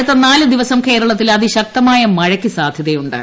അടുത്ത നാല് ദിവസം കേരളത്തിൽ അതിശക്തമായ മഴക്ക് സാധ്യതയു ്